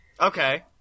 Okay